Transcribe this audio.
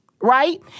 right